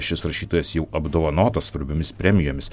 šis rašytojas jau apdovanotas svarbiomis premijomis